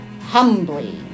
humbly